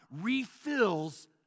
refills